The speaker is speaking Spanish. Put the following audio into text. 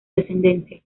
descendencia